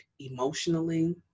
emotionally